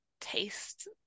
taste